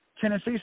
Tennessee